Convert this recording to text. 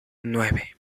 nueve